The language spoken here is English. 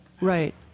Right